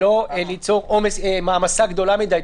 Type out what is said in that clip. שלא ליצור מעמסה גדולה מדי?